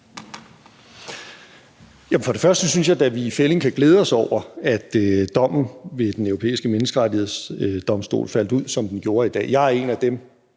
For det første synes jeg da, at vi i fællig kan glæde os over, at dommen ved Den Europæiske Menneskerettighedsdomstol faldt ud, som den gjorde. Jeg er en af dem